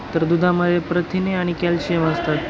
तर दुधामध्ये प्रथिने आणि कॅल्शियम असतात